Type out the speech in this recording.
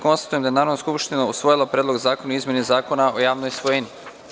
Konstatujem da je Narodna skupština usvojila Predlog zakona o izmeni Zakona o javnoj svojini.